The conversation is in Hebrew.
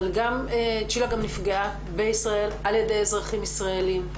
אבל צ'ילה גם נפגעה בישראל על ידי אזרחים ישראלים,